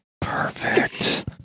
perfect